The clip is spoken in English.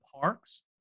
parks